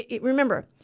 remember